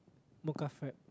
mocha frappe